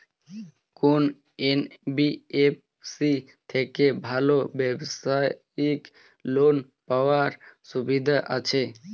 কোন এন.বি.এফ.সি থেকে ভালো ব্যবসায়িক লোন পাওয়ার সুবিধা আছে?